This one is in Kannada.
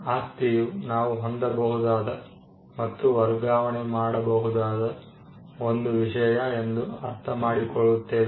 ಆಸ್ತಿಯು ನಾವು ಹೊಂದಬಹುದಾದ ಮತ್ತು ವರ್ಗಾವಣೆ ಮಾಡಬಹುದಾದ ಒಂದು ವಿಷಯ ಎಂದು ಅರ್ಥಮಾಡಿಕೊಳ್ಳುತ್ತೇವೆ